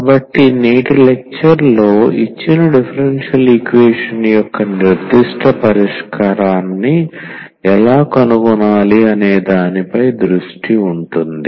కాబట్టి నేటి లెక్చర్లో ఇచ్చిన డిఫరెన్షియల్ ఈక్వేషన్ యొక్క నిర్దిష్ట పరిష్కారాన్ని ఎలా కనుగొనాలి అనే దానిపై దృష్టి ఉంటుంది